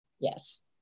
Yes